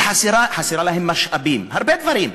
שחסרים להם משאבים, הרבה דברים,